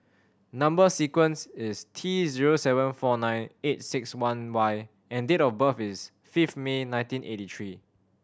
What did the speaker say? number sequence is T zero seven four nine eight six one Y and date of birth is fifth May nineteen eighty three